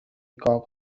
cock